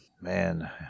man